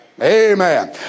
amen